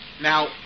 Now